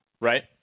right